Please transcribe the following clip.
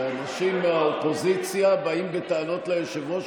שאנשים מהאופוזיציה באים בטענות ליושב-ראש